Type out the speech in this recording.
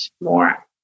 more